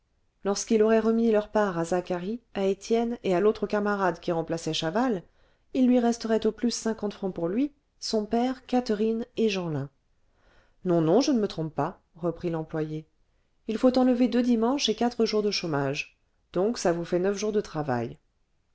lorsqu'il aurait remis leur part à zacharie à étienne et à l'autre camarade qui remplaçait chaval il lui resterait au plus cinquante francs pour lui son père catherine et jeanlin non non je ne me trompe pas reprit l'employé il faut enlever deux dimanches et quatre jours de chômage donc ça vous fait neuf jours de travail